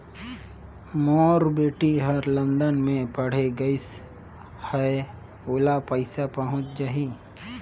मोर बेटी हर लंदन मे पढ़े गिस हय, ओला पइसा पहुंच जाहि?